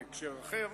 בהקשר אחר.